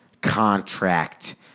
contract